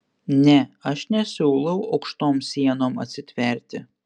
ne aš nesiūlau aukštom sienom atsitverti